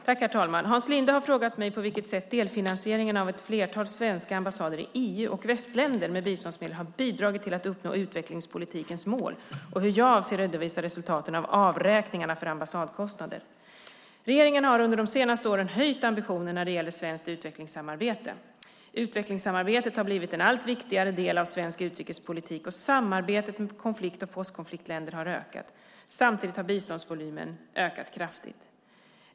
Herr talman! Hans Linde har frågat mig på vilket sätt delfinansieringen av ett flertal svenska ambassader i EU och västländer med biståndsmedel har bidragit till att uppnå utvecklingspolitikens mål och hur jag avser att redovisa resultaten av avräkningarna för ambassadkostnader. Regeringen har de senaste åren höjt ambitionen när det gäller svenskt utvecklingssamarbete. Utvecklingssamarbetet har blivit en allt viktigare del av svensk utrikespolitik, och samarbetet med konflikt och postkonfliktländer har ökat. Samtidigt har biståndsvolymen ökat kraftigt.